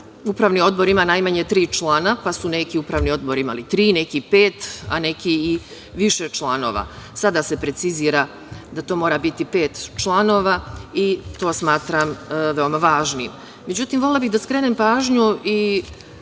upravi odbor ima najmanje tri člana, pa su neki upravni odbori imali tri, neki pet, a neki i više članova. Sada se precizira da to mora biti pet članova i to smatram veoma